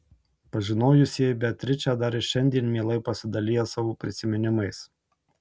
pažinojusieji beatričę dar ir šiandien mielai pasidalija savo prisiminimais